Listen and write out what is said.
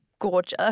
gorgeous